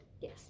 Yes